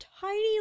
tiny